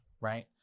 Right